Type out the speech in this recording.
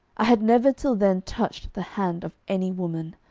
i had never till then touched the hand of any woman.